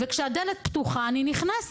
וכשהדלת פתוחה אני נכנסת.